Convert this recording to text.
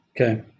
Okay